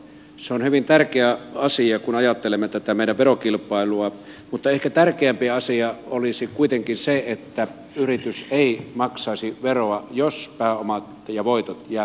se on hyvin tärkeä asia kun ajattelemme tätä meidän verokilpailuamme mutta ehkä tärkeämpi asia olisi kuitenkin se että yritys ei maksaisi veroa jos pääomat ja voitot jäävät yritykseen